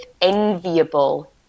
enviable